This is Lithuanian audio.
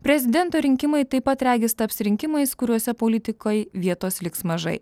prezidento rinkimai taip pat regis taps rinkimais kuriuose politikai vietos liks mažai